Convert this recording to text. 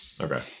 okay